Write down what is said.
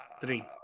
Three